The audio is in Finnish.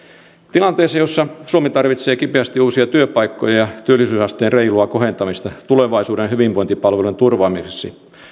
tilanteessa jossa suomi tarvitsee kipeästi uusia työpaikkoja ja työllisyysasteen reilua kohentamista tulevaisuuden hyvinvointipalveluiden turvaamiseksi